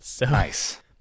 Nice